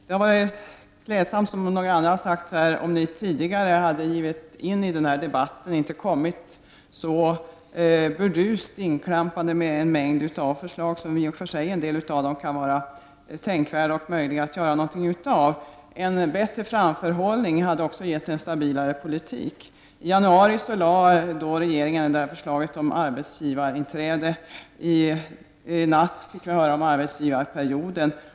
Det hade varit klädsamt, som några andra har sagt här, om ni tidigare hade givit er in i debatten och inte kommit så burdust inklampande med en mängd förslag, av vilka en del i och för sig kan vara tänkvärda och möjliga att göra någonting av. En bättre framförhållning hade också gett en stabilare politik. I januari lade regeringen fram förslaget om arbetsgivarinträde. I natt fick vi höra om arbetsgivarperioden.